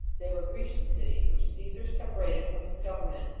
they were grecian cities, which caesar separated from his government,